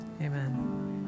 Amen